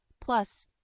Plus